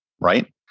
right